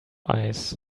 eyes